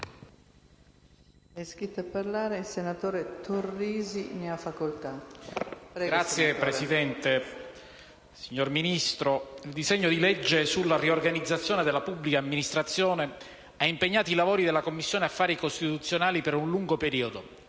Signora Presidente, signora Ministra, il disegno di legge sulla riorganizzazione della pubblica amministrazione ha impegnato i lavori della Commissione affari costituzionali per un lungo periodo,